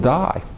die